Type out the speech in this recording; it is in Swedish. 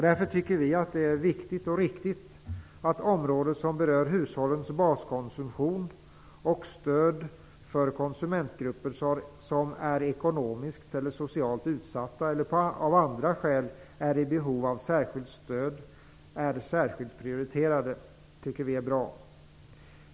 Därför tycker vi att det är viktigt och riktigt att området som berör hushållens baskonsumtion och stöd för konsumentgrupper som är ekonomiskt eller socialt utsatta eller av andra skäl är i behov av särskilt stöd är särskilt prioriterade. Det tycker vi är bra.